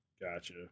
Gotcha